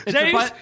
James